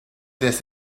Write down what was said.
this